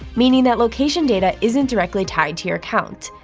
meaning that location data isn't directly tied to your account.